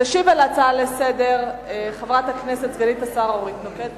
תשיב על ההצעה חברת הכנסת סגנית השר אורית נוקד.